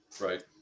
Right